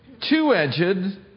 two-edged